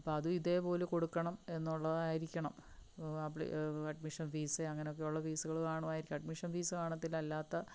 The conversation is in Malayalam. അപ്പ അത ഇതേപോലെ കൊടുക്കണം എന്നുള്ളതായിരിക്കണം അപ്ലി അഡ്മിഷൻ ഫീസ് അങ്ങനൊക്കെയുള്ള ഫീസുകള് കാണുവായിരിക്കും അഡ്മിഷൻ ഫീസ് കാണത്തില്ല അല്ലാത്ത